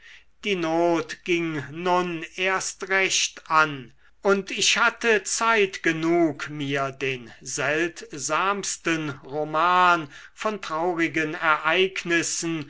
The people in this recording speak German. die not ging nun erst recht an und ich hatte zeit genug mir den seltsamsten roman von traurigen ereignissen